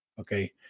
okay